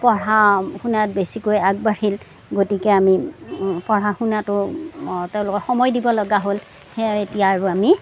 পঢ়া শুনাত বেছিকৈ আগবাঢ়িল গতিকে আমি পঢ়া শুনাতো তেওঁলোকক সময় দিব লগা হ'ল সেয়াই এতিয়া আকৌ আমি